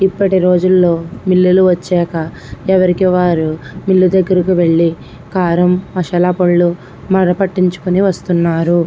ఇప్పటి రోజుల్లో మిల్లులు వచ్చాక ఎవరికి వారు మిల్లు దగ్గరికి వెళ్ళి కారం మసాలా పొడులు మర పట్టించుకొని వస్తున్నారు